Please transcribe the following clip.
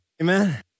Amen